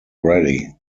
ready